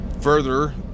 Further